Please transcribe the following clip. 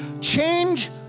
Change